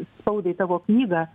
spaudai savo knygą